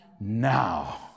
now